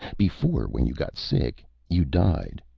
before, when you got sick, you died.